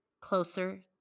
closer